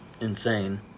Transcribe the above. insane